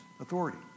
authority